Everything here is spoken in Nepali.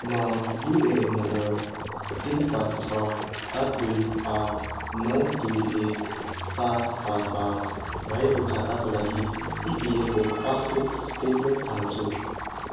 म युएएन नम्बर तिन पाँच छ सात दुई आठ नौ दुई एक सात पाँच आठ भएको खाताको लागि इपिएफओ पासबुक स्टेटमेन्ट चाहन्छु